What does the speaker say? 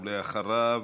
אחריו,